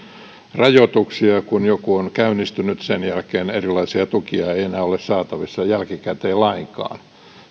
rajoituksia kun joku on käynnistynyt sen jälkeen erilaisia tukia ei enää ole saatavissa jälkikäteen lainkaan